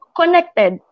connected